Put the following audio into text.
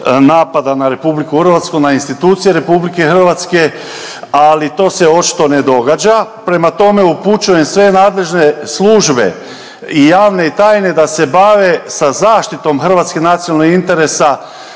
napada na RH, na institucije RH, ali to se očito ne događa. Prema tome, upućujem sve nadležne službe i javne i tajne da se bave sa zaštitom hrvatskih nacionalnih interesa